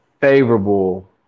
favorable